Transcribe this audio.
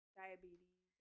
diabetes